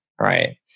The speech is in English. right